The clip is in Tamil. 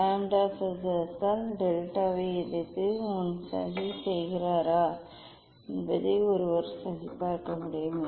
லாம்ப்டா சதுரத்தால் டெல்டாவை எதிர்த்து 1 சதி செய்கிறாரா என்பதை ஒருவர் சரிபார்க்க முடியும்